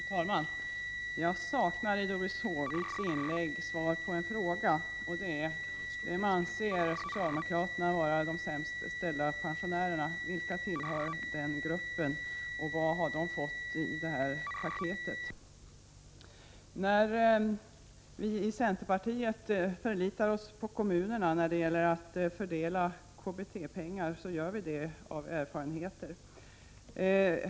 Fru talman! Jag saknar i Doris Håviks inlägg svar på en fråga: Vilka anser socialdemokraterna vara de sämst ställda pensionärerna — vilka tillhör den gruppen, och vad har de fått i paketet? När vi i centerpartiet förlitar oss på kommunerna då det gäller att fördela KBT-pengar, gör vi det av erfarenhet.